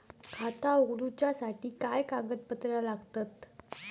खाता उगडूच्यासाठी काय कागदपत्रा लागतत?